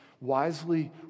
wisely